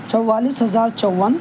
چوالیس ہزار چون